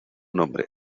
nombre